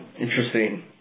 interesting